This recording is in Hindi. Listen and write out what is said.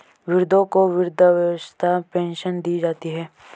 वृद्धों को वृद्धावस्था पेंशन दी जाती है